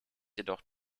jedoch